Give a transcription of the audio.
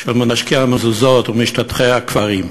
של מנשקי המזוזות ומשתטחי הקברים.